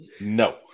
No